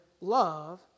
love